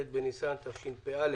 ט' בניסן התשפ"א.